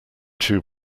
too